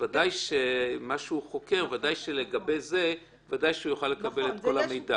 לגבי מה שהוא חוקר ודאי שהוא יוכל לקבל את כל המידע.